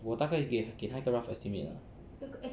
我大概给给他一个 rough estimate ah